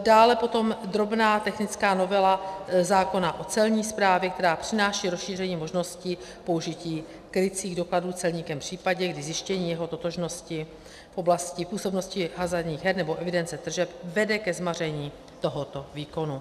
Dále potom drobná technická novela zákona o Celní správě, která přináší rozšíření možností použití krycích dokladů celníkem v případě, kdy zjištění jeho totožnosti v oblasti působnosti hazardních her nebo evidence tržeb vede ke zmaření tohoto výkonu.